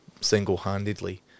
single-handedly